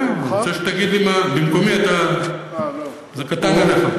כן, במקומי, זה קטן עליך?